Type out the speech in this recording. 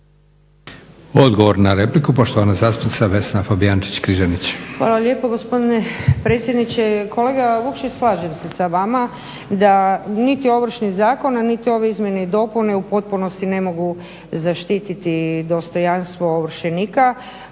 Odgovor na repliku, poštovana zastupnica Vesna Fabijančić-Križanić. **Fabijančić Križanić, Vesna (SDP)** Hvala lijepo gospodine predsjedniče. Kolega Vukšić slažem se sa vama da niti ovršnih zakona niti ove izmjene i dopune u potpunosti ne mogu zaštititi dostojanstvo ovršenika.